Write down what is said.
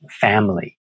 family